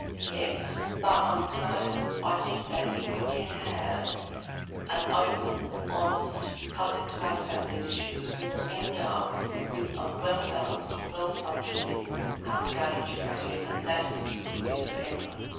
yes, but i'm excited. i think that if we can have an open, honest public debate about these issues, we will end up with a well-balanced, well-functioning guardianship regime, and that's good news for everyone.